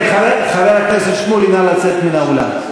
חבר הכנסת שמולי, נא לצאת מן האולם.